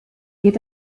geht